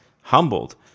humbled